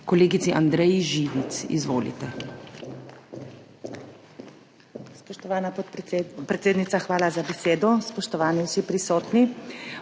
kolegici Andreji Živic. Izvolite.